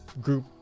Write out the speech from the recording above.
group